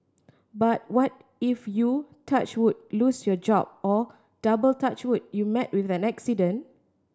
but what if you touch wood lose your job or double touch wood you met with an accident